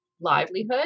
livelihood